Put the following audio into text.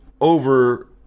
over